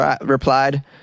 replied